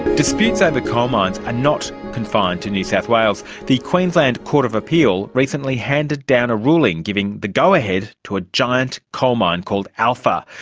disputes over and coal mines are not confined to new south wales. the queensland court of appeal recently handed down a ruling giving the go-ahead to a giant coalmine called alpha.